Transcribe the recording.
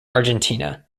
argentina